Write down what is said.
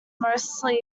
mostly